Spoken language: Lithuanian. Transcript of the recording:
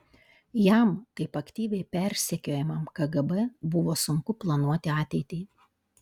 jam taip aktyviai persekiojamam kgb buvo sunku planuoti ateitį